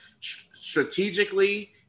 strategically